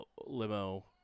limo